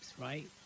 right